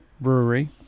Brewery